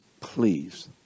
Please